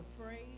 afraid